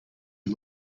who